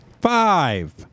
Five